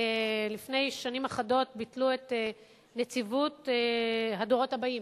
לפני שנים אחדות ביטלו את נציבות הדורות הבאים.